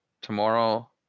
tomorrow